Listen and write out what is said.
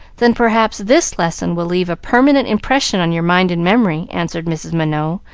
then perhaps this lesson will leave a permanent impression on your mind and memory, answered mrs. minot,